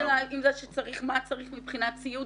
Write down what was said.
ביקשתי לפנות אלי ולומר מה צריך מבחינת ציוד,